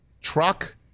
truck